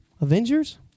Avengers